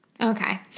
Okay